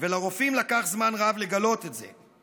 ולרופאים לקח זמן לגלות את זה.